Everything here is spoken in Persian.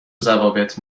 ضوابط